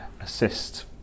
assist